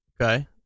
Okay